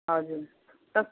हजुर तप्